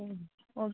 ம் ஓ